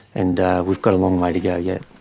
and we've got a long way to go yet.